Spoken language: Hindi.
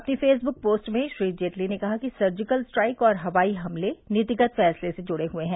अपने फेसबुक पोस्ट में श्री जेटली ने कहा कि सर्जिकल स्ट्राइक और हवाई हमले नीतिगत फैसले से जुड़े हैं